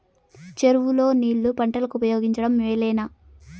చెరువు లో నీళ్లు పంటలకు ఉపయోగించడం మేలేనా?